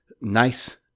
nice